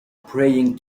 praying